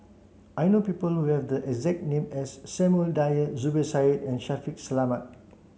I know people who have the exact name as Samuel Dyer Zubir Said and Shaffiq Selamat